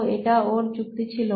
তো এটা ওর যুক্তি ছিল